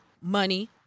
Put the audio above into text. money